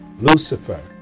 Lucifer